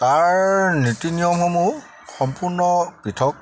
তাৰ নীতি নিয়মসমূহ সম্পূৰ্ণ পৃথক